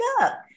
up